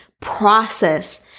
process